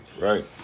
right